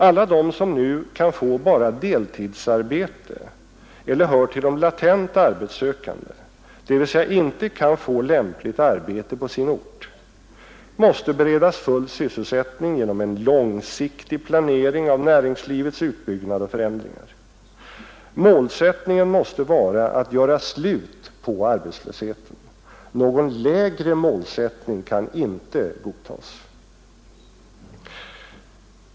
Alla de som nu kan få endast deltidsarbete eller hör till de latent arbetssökande, dvs. inte kan få lämpligt arbete på sin ort, måste beredas full sysselsättning genom en långsiktig planering av näringslivets utbyggnad och förändringar. Målsättningen måste vara att göra slut på arbetslösheten. Någon lägre målsättning kan icke godtas.